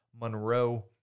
Monroe